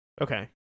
Okay